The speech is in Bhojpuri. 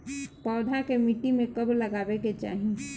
पौधा के मिट्टी में कब लगावे के चाहि?